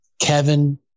Kevin